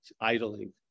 idling